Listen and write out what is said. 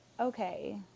Okay